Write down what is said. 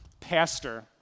pastor